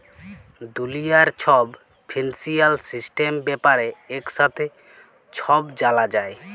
দুলিয়ার ছব financial system ব্যাপারে একসাথে ছব জালা যায়